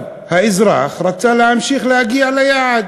האזרח רצה להמשיך להגיע ליעד